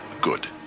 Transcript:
Good